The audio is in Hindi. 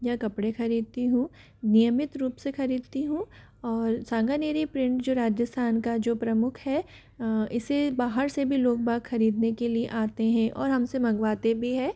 या कपड़े खरीदती हूँ नियमित रूप से खरीदती हूँ और सांगानेरी प्रिंट जो राजस्थान का जो प्रमुख है इसे बाहर से भी लोग बाग खरीदने के लिए आते हैं और हमसे मंगवाते भी हैं